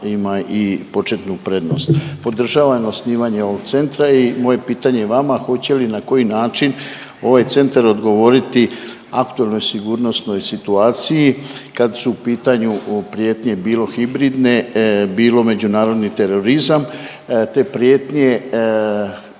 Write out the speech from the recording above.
ima i početnu prednost. Podržavam osnivanje ovog centra i moje pitanje vama hoće li, na koji način ovaj centar odgovoriti aktualnoj sigurnosnoj situaciji kad su u pitanju prijetnje bilo hibridne, bilo međunarodnih terorizam te prijetnje